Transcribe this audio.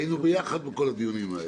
היינו ביחד בכל הדיונים האלה.